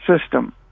system